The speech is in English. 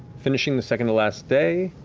finishing the second-to-last day,